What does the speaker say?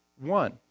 one